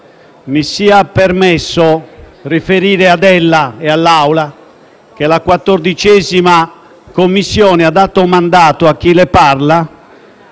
mi sia permesso riferire ad ella e all'Aula che la 14° Commissione ha dato mandato a chi le parla